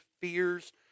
fears